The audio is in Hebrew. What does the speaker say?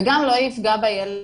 וגם לא יפגע בילד,